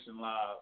live